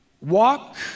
Walk